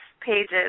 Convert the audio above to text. pages